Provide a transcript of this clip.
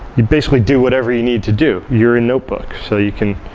you basically do whatever you need to do. you're in notebook, so you can